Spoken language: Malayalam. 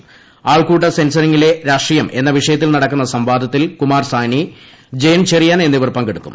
ആൾക്കൂട്ട സെൻസറിംഗിലെ രാഷ്ട്രീയം എന്ന വിഷയത്തിൽ നടന്ന സംവാദത്തിൽ കുമാർ സാഹ്നി ജയൻ ചെറിയാൻ എന്നിവർ പങ്കെടുത്തു